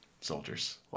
soldiers